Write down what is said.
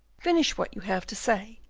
finish what you have to say,